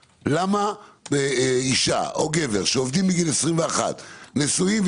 רק 3.12 ממשפחות שבהן ההורים עובדים אינן נמצאות מעל הקו הזה,